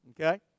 Okay